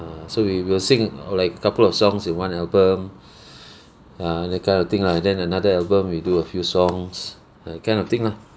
ah so we will sing uh like couple of songs in one album ya that kind of thing lah then another album we do a few songs that kind of thing lah